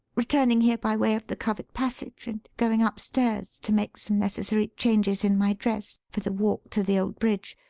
returning here by way of the covered passage and going upstairs to make some necessary changes in my dress for the walk to the old bridge.